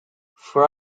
for